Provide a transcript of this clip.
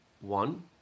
One